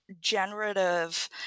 generative